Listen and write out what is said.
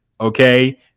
okay